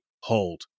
hold